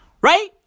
Right